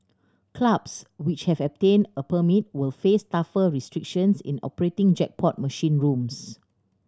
clubs which have obtained a permit will face tougher restrictions in operating jackpot machine rooms